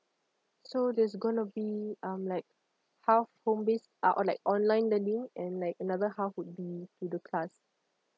so that's gonna be um like half home based uh or like online learning and like another half would be to the class